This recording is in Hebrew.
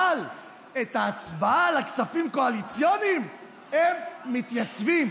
אבל להצבעה על הכספים הקואליציוניים הם מתייצבים,